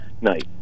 night